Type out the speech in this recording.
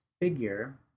figure